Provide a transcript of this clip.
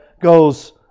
goes